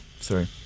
sorry